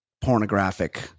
pornographic